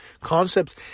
concepts